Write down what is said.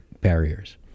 barriers